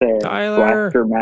Tyler